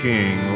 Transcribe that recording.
King